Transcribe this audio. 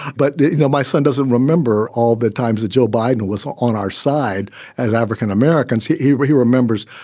but, you know, my son doesn't remember all the times that joe biden was ah on our side as african-americans. he he were. he remembers.